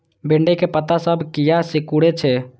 भिंडी के पत्ता सब किया सुकूरे छे?